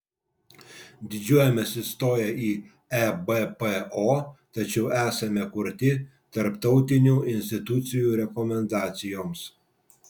didžiuojamės įstoję į ebpo tačiau esame kurti tarptautinių institucijų rekomendacijoms